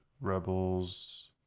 Rebels